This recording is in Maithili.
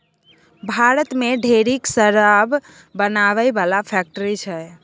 भारत मे ढेरिक शराब बनाबै बला फैक्ट्री छै